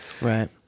right